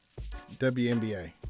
WNBA